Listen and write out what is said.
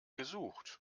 gesucht